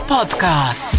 Podcast